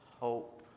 hope